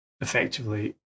effectively